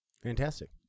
Fantastic